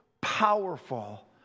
powerful